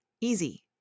Easy